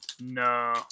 No